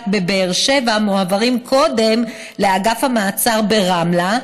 בבאר שבע מועברים קודם לאגף המעצר ברמלה,